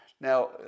Now